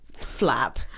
Flap